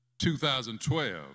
2012